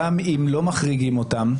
גם אם לא מחריגים אותם,